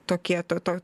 tokie to to